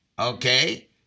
Okay